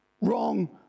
wrong